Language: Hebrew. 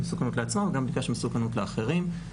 מסוכנות לעצמו, גם בדיקה של מסוכנות לאחרים.